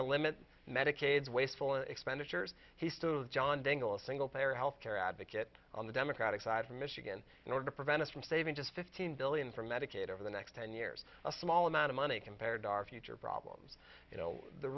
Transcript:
to limit medicaid wasteful expenditures he stood with john dingell a single payer health care advocate on the democratic side from michigan in order to prevent us from saving just fifteen billion from medicaid over the next ten years a small amount of money compared to our future problems you know the